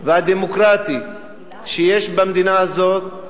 והדמוקרטי שיש במדינה הזאת,